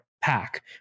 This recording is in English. pack